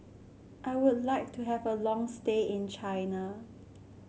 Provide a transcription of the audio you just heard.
I would like to have a long stay in China